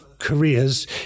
careers